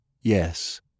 Yes